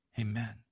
Amen